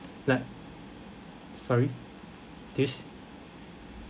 like sorry this